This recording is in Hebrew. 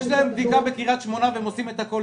בדיקה בקריית שמונה ויש להם את הכול